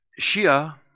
Shia